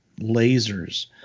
lasers